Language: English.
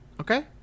Okay